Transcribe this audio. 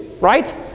right